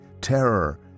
Terror